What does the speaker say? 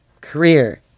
Career